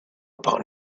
upon